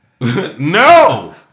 no